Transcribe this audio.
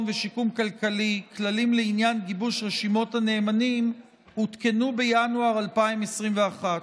ושיקום כלכלי (כללים לעניין גיבוש רשימת נאמנים) הותקנו בינואר 2021,